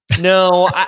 No